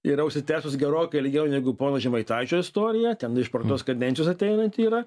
yra užsitęsus gerokai ilgiau negu pono žemaitaičio istorija ten iš praeitos kadencijos ateinanti yra